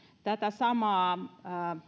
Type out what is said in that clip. tätä samaa